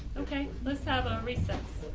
okay. let's have a recess.